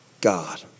God